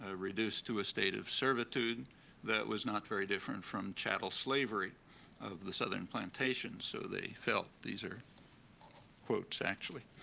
ah reduced to a state of servitude that was not very different from chattel slavery of the southern plantations. so they felt these are quotes, actually.